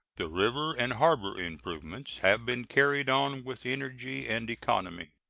the river and harbor improvements have been carried on with energy and economy.